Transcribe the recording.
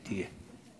אם תהיה.